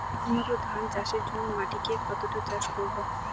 উন্নত ধান চাষের জন্য মাটিকে কতটা চাষ করব?